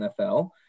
NFL